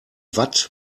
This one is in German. watt